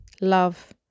love